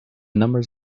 numbers